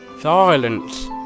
silence